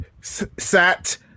Sat